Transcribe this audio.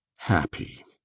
happy?